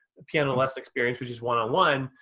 piano lesson experience, which is one on one.